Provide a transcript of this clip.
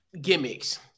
gimmicks